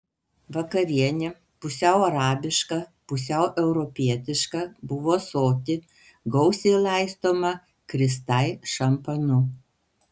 vakarienė pusiau arabiška pusiau europietiška buvo soti gausiai laistoma kristai šampanu